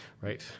Right